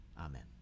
Amen